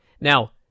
now